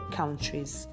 countries